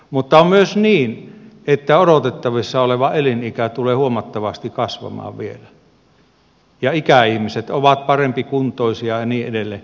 mutta on myös niin että odotettavissa oleva elinikä tulee huomattavasti kasvamaan vielä ja ikäihmiset ovat parempikuntoisia ja niin edelleen